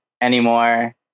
anymore